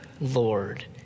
Lord